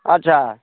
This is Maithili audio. अच्छा